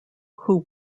who